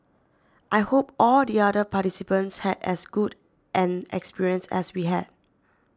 I hope all the other participants had as good an experience as we had